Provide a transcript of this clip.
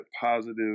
positive